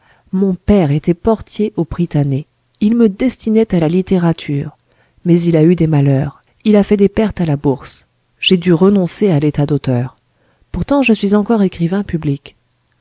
mon père était portier au prytanée il me destinait à la littérature mais il a eu des malheurs il a fait des pertes à la bourse j'ai dû renoncer à l'état d'auteur pourtant je suis encore écrivain public